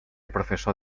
professor